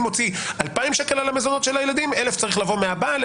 אני מוציא 2,000 שקל על המזונות של הילדים 1,000 שקל צריך לבוא מהבעל,